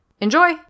Enjoy